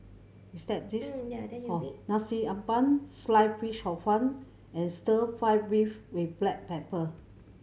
with that this Nasi Ambeng Sliced Fish Hor Fun and Stir Fry beef with black pepper